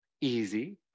easy